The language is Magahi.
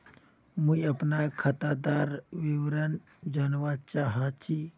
मुई अपना खातादार विवरण जानवा चाहची?